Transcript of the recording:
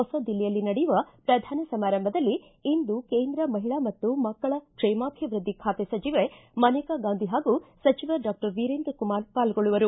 ಹೊಸ ದಿಲ್ಲಿಯಲ್ಲಿ ನಡೆಯುವ ಪ್ರಧಾನ ಸಮಾರಂಭದಲ್ಲಿ ಇಂದು ಕೇಂದ್ರ ಮಹಿಳಾ ಮತ್ತು ಮಕ್ಕಳ ಕ್ಷೇಮಾಭಿವೃದ್ದಿ ಖಾತೆ ಸಚಿವೆ ಮನೇಕಾ ಗಾಂಧಿ ಹಾಗೂ ಸಚಿವ ಡಾಕ್ಟರ್ ವಿರೇಂದ್ರ ಕುಮಾರ್ ಪಾಲ್ಗೊಳ್ಳುವರು